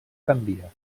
canvia